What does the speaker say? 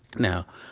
now,